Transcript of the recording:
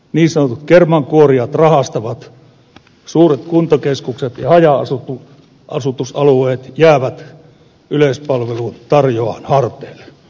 niin sanotut kermankuorijat rahastavat suuret kuntakeskukset ja haja asutusalueet jäävät yleispalvelun tarjoajan harteille